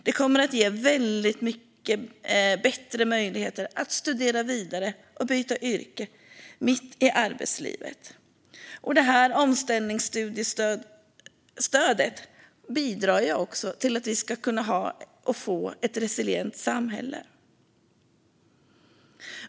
Det kommer att ge väldigt mycket bättre möjligheter att studera vidare och byta yrke mitt i arbetslivet. Omställningsstudiestödet bidrar också till att vi kan ha - och få - ett resilient samhälle.